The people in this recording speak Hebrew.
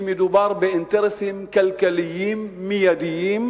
כי מדובר באינטרסים כלכליים מיידיים,